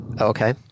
okay